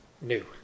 new